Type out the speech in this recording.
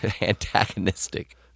antagonistic